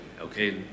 okay